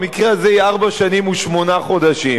במקרה הזה יהיה ארבע שנים ושמונה חודשים.